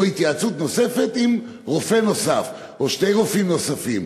או התייעצות נוספת עם רופא נוסף או שני רופאים נוספים.